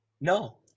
No